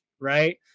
Right